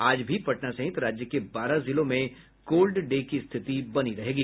आज भी पटना सहित राज्य के बारह जिलों में कोल्ड डे की स्थिति बनी रहेगी